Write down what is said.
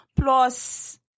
plus